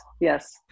yes